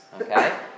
Okay